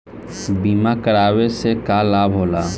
बीमा करावे से का लाभ होला?